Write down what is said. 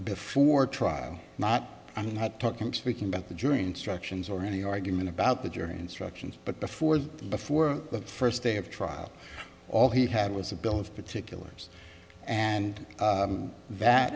before trial not i'm not talking speaking about the jury instructions or any argument about the jury instructions but before before the first day of trial all he had was a bill of particulars and that